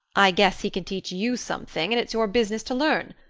i guess he can teach you something, and it's your business to learn.